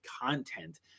content